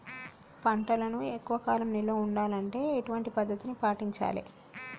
పంటలను ఎక్కువ కాలం నిల్వ ఉండాలంటే ఎటువంటి పద్ధతిని పాటించాలే?